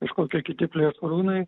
kažkokie kiti plėšrūnai